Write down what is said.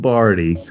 Barty